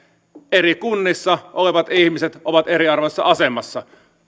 eri kunnissa olevat ihmiset ovat eriarvoisessa asemassa